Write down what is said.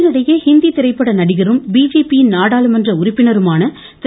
இதனிடையே இந்தி திரைப்பட நடிகரும் பிஜேபியின் நாடாளுமன்ற உறுப்பினருமான திரு